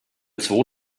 zwo